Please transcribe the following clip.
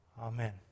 Amen